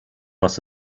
must